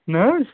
نہَ حظ